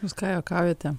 jūs ką juokaujate